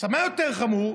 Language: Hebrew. עכשיו, מה יותר חמור?